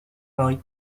mari